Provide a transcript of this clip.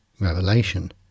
revelation